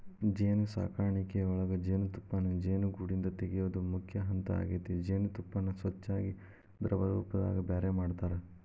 ಜೇನುಸಾಕಣಿಯೊಳಗ ಜೇನುತುಪ್ಪಾನ ಜೇನುಗೂಡಿಂದ ತಗಿಯೋದು ಮುಖ್ಯ ಹಂತ ಆಗೇತಿ ಜೇನತುಪ್ಪಾನ ಸ್ವಚ್ಯಾಗಿ ದ್ರವರೂಪದಾಗ ಬ್ಯಾರೆ ಮಾಡ್ತಾರ